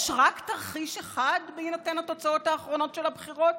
יש רק תרחיש אחד בהינתן התוצאות האחרונות של הבחירות,